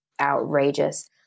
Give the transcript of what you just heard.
outrageous